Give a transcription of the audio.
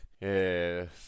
Yes